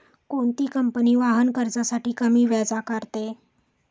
कोणती कंपनी वाहन कर्जासाठी कमी व्याज आकारते?